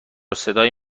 صدای